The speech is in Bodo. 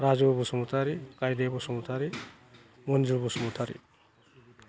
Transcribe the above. राजु बसुमतारी गायदे बसुमतारी मन्जु बसुमतारी